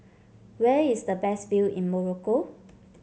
where is the best view in Morocco